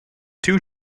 two